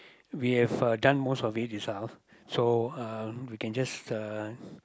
we've uh done most of it itself so uh we can just uh